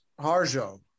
Harjo